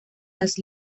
las